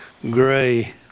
gray